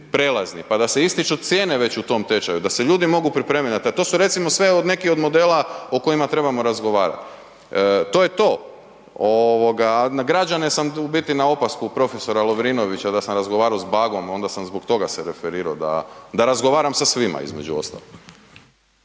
pa da se ističu cijene već u tom tečaju, da se ljudi mogu pripremiti na to, to su recimo sve neki od modela o kojima trebamo razgovarati. To je to. Na građane sam, u biti na opasku prof. Lovrinovića da sam razgovarao s Bagom, onda sam zbog toga se referirao da razgovaram sa svima, između ostalog.